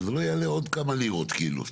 לא יעלה עוד לירות כאילו.